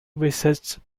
visits